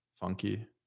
Funky